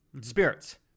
spirits